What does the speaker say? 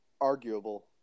Arguable